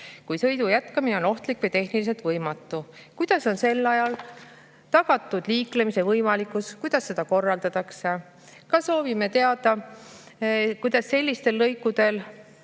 kui sõidu jätkamine on ohtlik või tehniliselt võimatu. Kuidas on sel ajal tagatud liiklemise võimalikkus, kuidas seda korraldatakse? Ka soovime teada, kuidas käituda sellistel lõikudel,